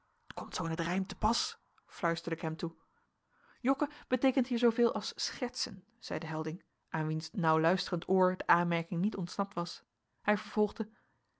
komt zoo in t rijm te pas fluisterde ik hem toe jokken beteekent hier zooveel als schertsen zeide helding aan wiens nauwluisterend oor de aanmerking niet ontsnapt was hij vervolgde